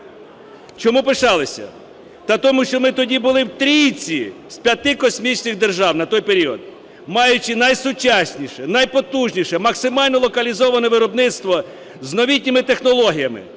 Чому пишалися? Та тому що ми тоді були в трійці з п'яти космічних держав на той період, маючи найсучасніше, найпотужніше, максимально локалізоване виробництво з новітніми технологіями,